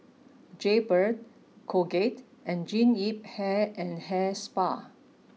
Jaybird Colgate and Jean Yip Hair and Hair Spa